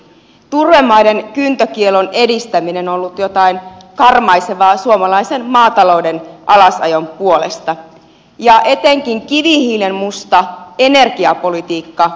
turvemaiden kyntökiellon edistäminen on ollut jotain karmaisevaa suomalaisen maatalouden alasajon puolesta ja etenkin kivihiilenmusta energiapolitiikka puhututtaa